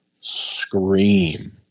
scream